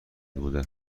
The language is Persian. بوده